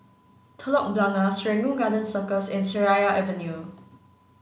Telok Blangah Serangoon Garden Circus and Seraya Avenue